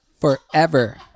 forever